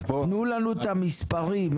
תנו לנו את המספרים,